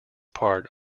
part